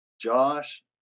Josh